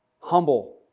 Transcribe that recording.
humble